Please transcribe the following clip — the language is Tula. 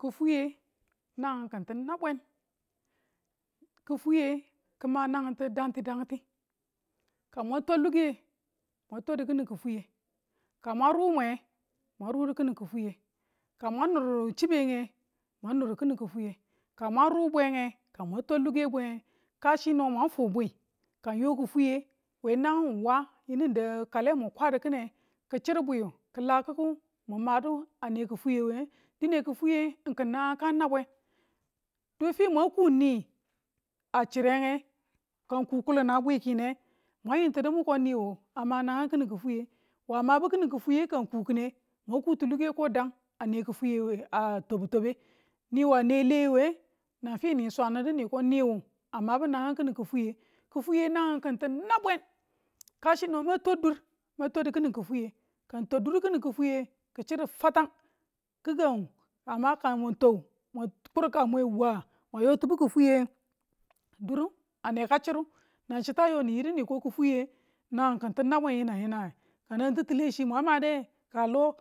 kifweye nanginkitu nabwen kifwiye ki ma nangintu dangiti dagti ka mwag twa luka mwag twadu kii kifweye ka mwa ru mwe mwang rudu kini ki fwiye ka mwang nur chibennge mwan niru kini kifwiye ka mwang ru bwe mwan rudu kini ki fwiye kasi no mwan fu bwi kang yo kifwiye we nang ng yinu ng dau kala mu kwadi kine ki chir bwiyu ki la kiku mu madu ane kifwiye we dine ng kin nangang kang nabwen finu mwang kuun niia chirenge ka ng ko nii a chire nge ka ng ku kulin a bwikiye mwan yintinu muko niwu a ma nangang ki ni kifwiye wu a mabu kini kifwiye kifweyi nangang kin tin nabwen kachi no man tudur mang twadu kini kifwiye ka ng twa duru kini kifwiye nge ki chiru fatan kiganu ka mun ng twau mu kur ka mwe waa mwag yotibu ki fwiye duru aneka chiru nang chitu a yo niyiko kifwiye nangang kintu nabwen yinang yinang ka nan titile chi mwan made ka lo